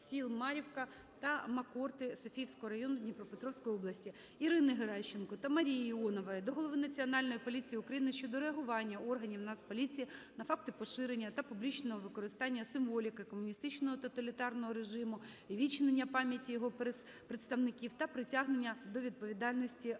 сіл Мар'ївка та Макорти Софійського району Дніпропетровської області. Ірини Геращенко та Марії Іонової до голови Національної поліції України щодо реагування органів Нацполіції на факти поширення та публічного використання символіки комуністичного тоталітарного режиму, увічнення пам'яті його представників та притягнення до відповідальності